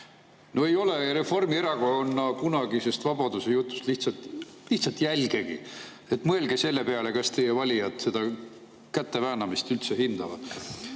No ei ole Reformierakonna kunagisest vabadusejutust lihtsalt jälgegi. Mõelge selle peale, kas teie valijad seda käteväänamist üldse hindavad.